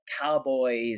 cowboys